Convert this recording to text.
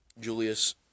Julius